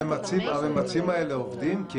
הממצים האלה עובדים?